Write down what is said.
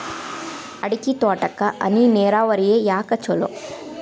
ಅಡಿಕೆ ತೋಟಕ್ಕ ಹನಿ ನೇರಾವರಿಯೇ ಯಾಕ ಛಲೋ?